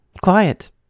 Quiet